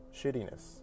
shittiness